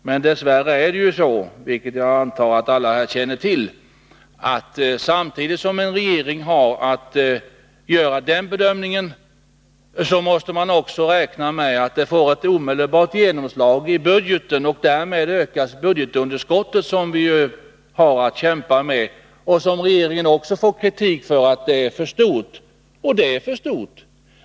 Men dess värre är det ju så — vilket jag antar att alla känner till — att samtidigt som en regering har att göra den bedömningen måste man också räkna med att det blir ett omedelbart genomslag i budgeten, och därmed ökas budgetunderskottet, som vi har att kämpa med. Regeringen får ju också kritik för att budgetunderskottet är för stort, och det är för stort.